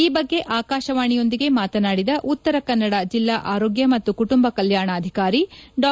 ಈ ಬಗ್ಗೆ ಆಕಾಶವಾಣಿಯೊಂದಿಗೆ ಮಾತನಾದಿದ ಉತ್ತರ ಕನ್ನಡ ಜಿಲ್ವಾ ಆರೋಗ್ಯ ಮತ್ತು ಕುಟುಂಬ ಕಲ್ಯಾಣಾಧಿಕಾರಿ ಡಾ